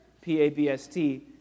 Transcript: P-A-B-S-T